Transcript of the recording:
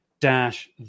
dash